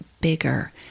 bigger